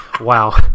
wow